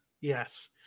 Yes